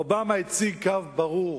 אובמה הציג קו ברור,